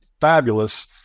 fabulous